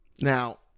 Now